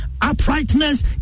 uprightness